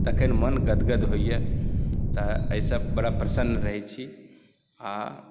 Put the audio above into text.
तखन मन गदगद होइए तऽ एहिसँ बड़ा प्रसन्न रहैत छी आ